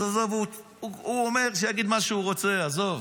אז עזוב, הוא אומר, שיגיד מה שהוא רוצה, עזוב.